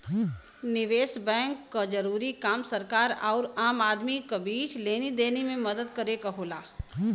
निवेस बैंक क जरूरी काम सरकार आउर आम आदमी क बीच लेनी देनी में मदद करे क होला